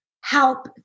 help